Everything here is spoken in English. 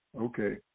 okay